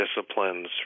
disciplines